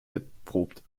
erprobt